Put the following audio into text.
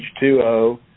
H2O